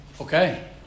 Okay